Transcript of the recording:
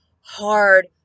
hard